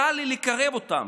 קל לי לקרב אותם,